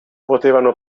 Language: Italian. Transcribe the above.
potevano